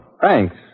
thanks